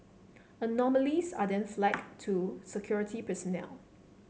anomalies are then flagged to security personnel